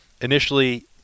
initially